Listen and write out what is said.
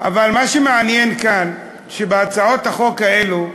אבל מה שמעניין כאן, שבהצעות החוק האלה,